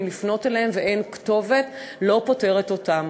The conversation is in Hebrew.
לפנות אליהן ושאין כתובת לא פוטרת אותן.